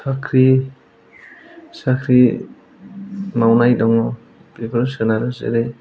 साख्रि साख्रि मावनाय दङ बेफोर सोनारो जेरै